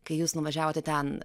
kai jūs nuvažiavote ten